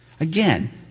again